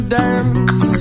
dance